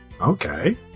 Okay